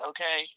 Okay